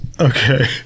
Okay